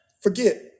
forget